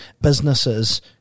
businesses